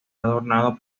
adornado